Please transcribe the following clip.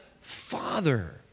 Father